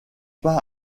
pas